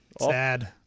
Sad